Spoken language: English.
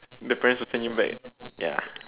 the parents will send you back ya